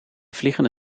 vliegende